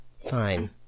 Fine